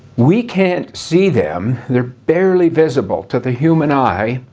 we can't see them. they're barely visible to the human eye,